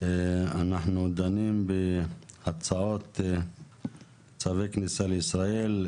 אנחנו דנים בהצעות צווי כניסה לישראל,